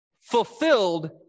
fulfilled